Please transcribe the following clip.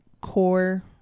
core